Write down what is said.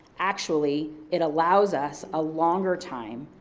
actually, it allows us a longer time,